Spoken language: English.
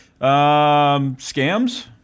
scams